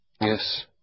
Yes